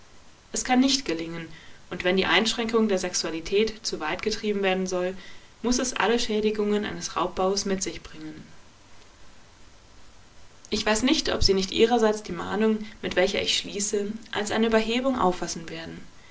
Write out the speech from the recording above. es kann nicht gelingen und wenn die einschränkung der sexualität zu weit getrieben werden soll muß es alle schädigungen eines raubbaues mit sich bringen ich weiß nicht ob sie nicht ihrerseits die mahnung mit welcher ich schließe als eine überhebung auffassen werden